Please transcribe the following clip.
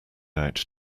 out